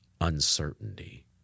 uncertainty